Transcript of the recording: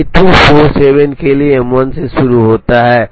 J2 47 के लिए M1 से शुरू होता है